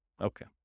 Okay